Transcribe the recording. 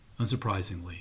Unsurprisingly